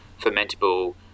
fermentable